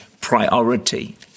priority